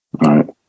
Right